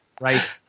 right